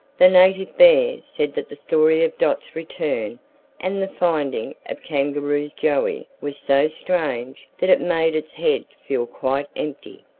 the native bear said that the story of dot's return and the finding of kangaroo's joey was so strange that it made its head feel quite empty.